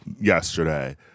yesterday